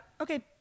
okay